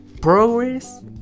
progress